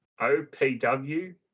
OPW